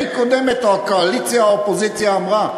הקודמת או הקואליציה או האופוזיציה אמרה.